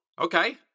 okay